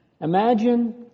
Imagine